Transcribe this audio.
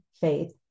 faith